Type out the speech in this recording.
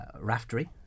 raftery